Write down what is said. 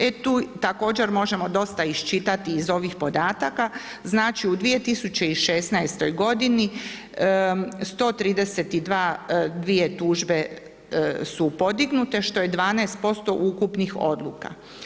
E tu također možemo dosta iščitati iz ovih podatka, znači u 2016. 132 tužbe su podignute što je 12% ukupnih odluka.